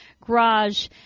garage